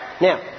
Now